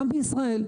גם בישראל.